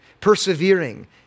persevering